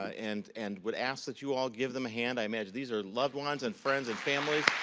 ah and and would ask that you all give them a hand. i imagine these are loved ones and friends, and family.